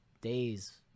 days